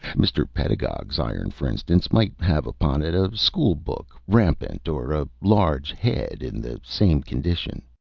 mr. pedagog's iron, for instance, might have upon it a school-book rampant, or a large head in the same condition.